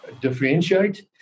differentiate